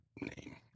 name